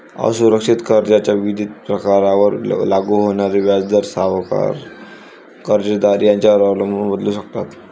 असुरक्षित कर्जाच्या विविध प्रकारांवर लागू होणारे व्याजदर सावकार, कर्जदार यांच्यावर अवलंबून बदलू शकतात